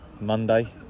Monday